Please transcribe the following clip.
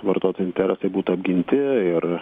vartotojų interesai būtų apginti ir